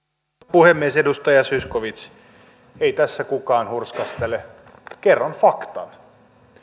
puhemies edustaja zyskowicz ei tässä kukaan hurskastele kerron faktaa